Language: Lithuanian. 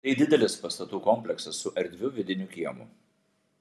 tai didelis pastatų kompleksas su erdviu vidiniu kiemu